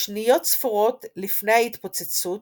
שניות ספורות לפני התפוצצות